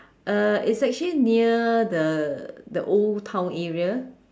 uh it's actually near the the old town area